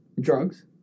drugs